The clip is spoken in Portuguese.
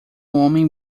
homem